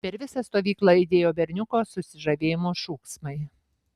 per visą stovyklą aidėjo berniuko susižavėjimo šūksmai